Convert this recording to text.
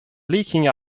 leaking